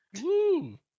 Woo